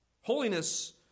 Holiness